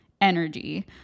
energy